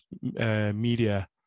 media